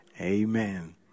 Amen